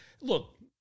Look